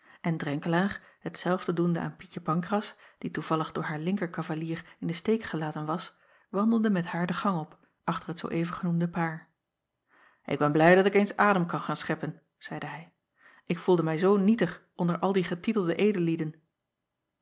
en renkelaer hetzelfde doende aan ietje ancras die toevallig door haar linker cavalier in de steek gelaten was wandelde met haar de gang op achter het zoo even genoemde paar k ben blij dat ik eens adem kan gaan scheppen zeide hij ik voelde mij zoo nietig onder al die getitelde edellieden